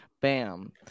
Bam